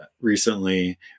recently